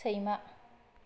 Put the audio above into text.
सैमा